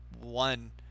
one